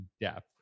depth